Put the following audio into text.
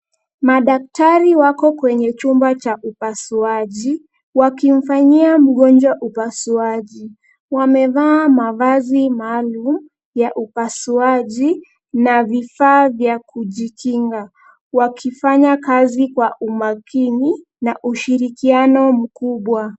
Madaktari wako kwenye chumba cha upasuaji wakimfanyia mgonjwa upasuaji. Wamevaa mavazi maalum ya upasuaji na vifaa vya kujikinga wakifanya kazi kwa umakini na ushirikiano mkubwa.